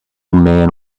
man